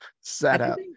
setup